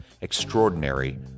Extraordinary